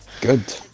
good